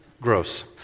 Gross